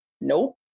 Nope